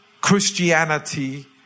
Christianity